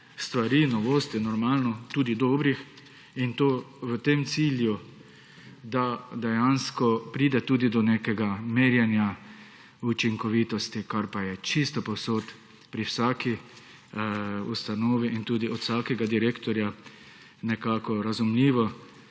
stvari, novosti, normalno, tudi dobrih in to v tem cilju, da pride tudi do nekega merjenja učinkovitosti, kar pa je čisto povsod pri vsaki ustanovi tudi od vsakega direktorja nekako razumljivo,